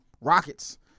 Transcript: Rockets